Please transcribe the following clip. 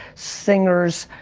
singers,